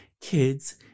kids